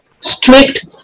strict